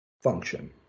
function